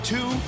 Two